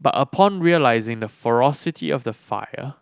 but upon realising the ferocity of the fire